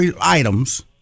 items